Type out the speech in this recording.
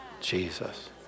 Jesus